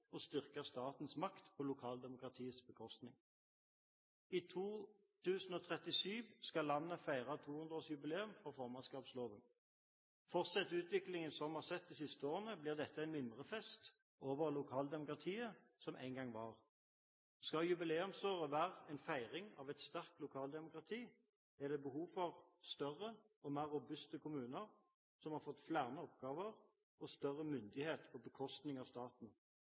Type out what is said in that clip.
og styrke statens makt på lokaldemokratiets bekostning. I 2037 skal landet feire 200-årsjubileum for formannskapslovene. Fortsetter utviklingen som vi har sett de siste årene, blir dette en mimrefest over lokaldemokratiet som en gang var. Skal jubileumsåret være en feiring av et sterkt lokaldemokrati, er det behov for større og mer robuste kommuner som har fått flere oppgaver og større myndighet på bekostning av staten.